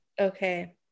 Okay